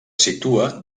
situa